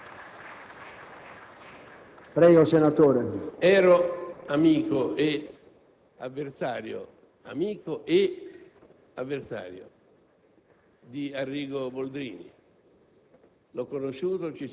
Presidente, ero amico ed avversario di Arrigo Boldrini.